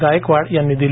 गायकवाड यांनी दिली